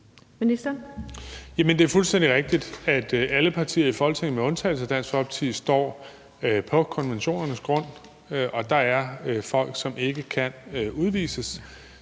Det er fuldstændig rigtigt, at alle partier i Folketinget med undtagelse af Dansk Folkeparti står på konventionernes grund. Og der er folk, som ikke kan udvises.